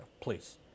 Please